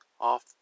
off